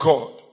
God